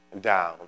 down